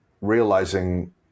realizing